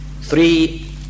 three